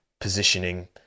positioning